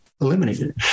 eliminated